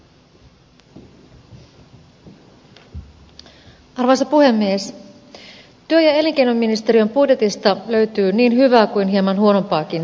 työ ja elinkeinoministeriön budjetista löytyy niin hyvää kuin hieman huonompaakin sanottavaa